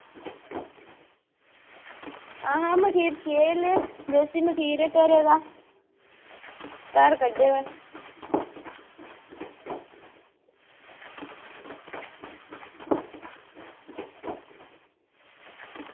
हां मखीर शैल ऐ देसी मखीर घरै दा घर कड्ढे दा